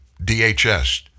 DHS